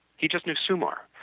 he just knew sumar.